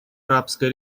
арабской